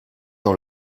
dans